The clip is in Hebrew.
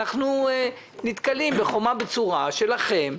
אנחנו נתקלים בחומה בצורה שלכם,